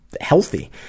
Healthy